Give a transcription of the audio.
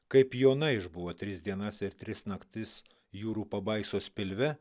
kaip jauna išbuvo tris dienas ir tris naktis jūrų pabaisos pilve